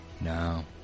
No